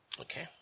Okay